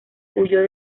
huyó